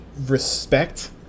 respect